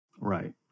Right